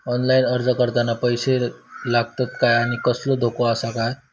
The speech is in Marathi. ऑनलाइन अर्ज करताना पैशे लागतत काय आनी कसलो धोको आसा काय?